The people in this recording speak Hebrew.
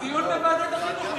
דיון בוועדת החינוך.